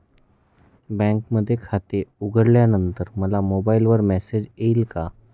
बँकेमध्ये खाते उघडल्यानंतर मला मोबाईलवर मेसेज येईल का?